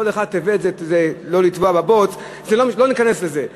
טבת זה לא לטבוע בבוץ, לא ניכנס לזה.